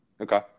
okay